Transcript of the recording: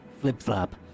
flip-flop